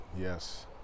yes